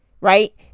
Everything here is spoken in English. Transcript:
right